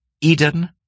Eden